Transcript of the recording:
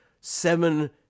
seven